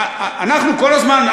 אנחנו כל הזמן,